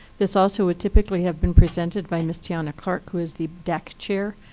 this also would typically have been presented by miss tiana clark, who is the dac chair.